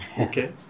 Okay